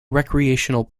recreational